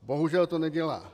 Bohužel to nedělá.